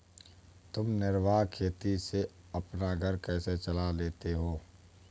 तुम निर्वाह खेती से अपना घर कैसे चला लेते हो?